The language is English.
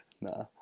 Nah